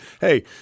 hey